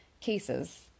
cases